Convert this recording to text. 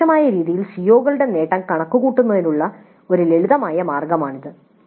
പരോക്ഷമായ രീതിയിൽ സിഒകളുടെ നേട്ടം കണക്കുകൂട്ടുന്നതിനുള്ള ഒരു ലളിതമായ മാർഗമാണിത്